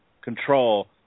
control